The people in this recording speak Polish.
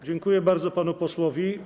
Dziękuję bardzo panu posłowi.